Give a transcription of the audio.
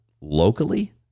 locally